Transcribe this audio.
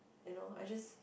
you know I just